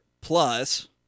Plus